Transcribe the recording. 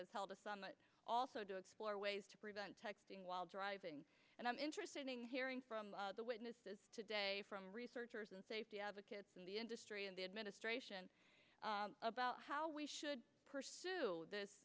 says held a summit also to explore ways to prevent texting while driving and i'm interested in hearing from the witnesses today from researchers and safety advocates in the industry and the administration about how we should pursue this